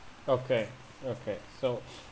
okay okay so